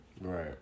Right